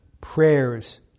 prayers